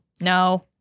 no